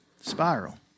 spiral